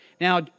Now